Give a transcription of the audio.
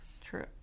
true